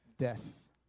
death